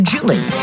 Julie